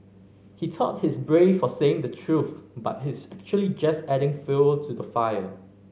he thought he's brave for saying the truth but he's actually just adding fuel to the fire